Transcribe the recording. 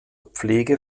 pflege